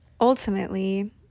Ultimately